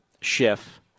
Schiff